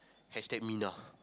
hashtag minah